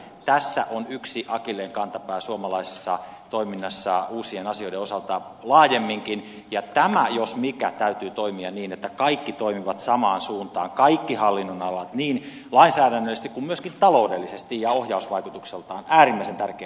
tämä on yksi akilleenkantapää suomalaisessa toiminnassa uusien asioiden osalta laajemminkin ja tämän jos minkä täytyy toimia niin että kaikki hallinnonalat toimivat samaan suuntaan niin lainsäädännöllisesti kuin myöskin taloudellisesti ja tämä on ohjausvaikutukseltaan äärimmäisen tärkeä asia